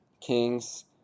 Kings